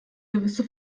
gewisse